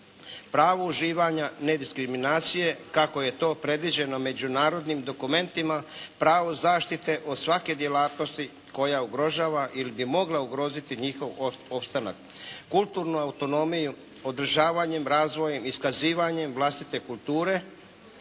Pravo uživanja nediskriminacije kako je to predviđeno međunarodnim dokumentima, pravo zaštite od svake djelatnosti koja ugrožava ili bi mogla ugroziti njihov opstanak. Kulturnu autonomiju održavanjem, razvojem, iskazivanjem vlastite kulture